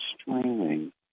streaming